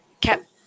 kept